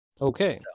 Okay